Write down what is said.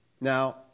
Now